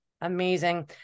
amazing